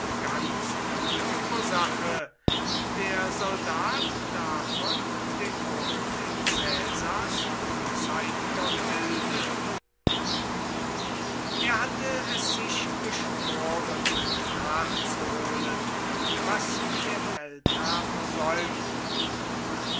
ganz ohne ursache der soldat davon den grund in caesars unzeitiger milde er hatte es sich geschworen nachzuholen was der feldherr versäumt und